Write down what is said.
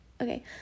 okay